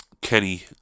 Kenny